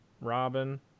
Robin